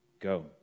go